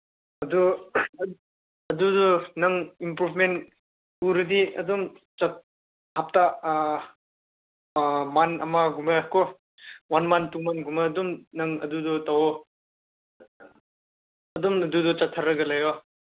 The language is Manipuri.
ꯑꯗꯨ ꯑꯗꯨꯗꯨ ꯅꯪ ꯏꯝꯄ꯭ꯔꯨꯞꯃꯦꯟ ꯎꯔꯗꯤ ꯑꯗꯨꯝ ꯃꯟ ꯑꯃꯒꯨꯝꯕꯀꯣ ꯋꯥꯟ ꯃꯟ ꯇꯨ ꯃꯟꯒꯨꯝꯕ ꯑꯗꯨꯝ ꯅꯪ ꯑꯗꯨꯗꯣ ꯇꯧꯋꯣ ꯑꯗꯨꯝ ꯑꯗꯨꯗ ꯆꯠꯊꯔꯒ ꯂꯩꯌꯣ